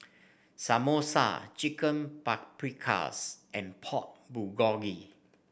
Samosa Chicken Paprikas and Pork Bulgogi